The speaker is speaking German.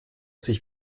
sich